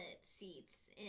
seats